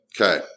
Okay